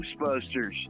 ghostbusters